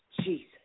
Jesus